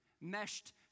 meshed